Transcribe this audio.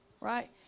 right